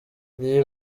iyi